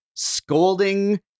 Scolding